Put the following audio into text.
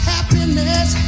Happiness